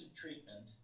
treatment